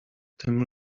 tym